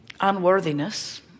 unworthiness